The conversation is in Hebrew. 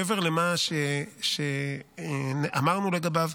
מעבר למה שאמרנו לגביו,